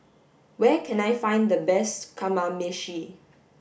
where can I find the best kamameshi